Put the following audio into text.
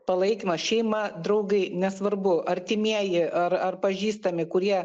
palaikymas šeima draugai nesvarbu artimieji ar ar pažįstami kurie